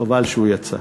חבל שהוא יצא.